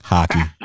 Hockey